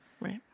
Right